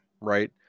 right